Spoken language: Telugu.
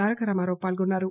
తారక రామారావు పాల్గొన్నారు